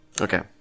Okay